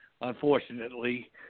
unfortunately